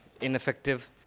ineffective